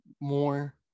more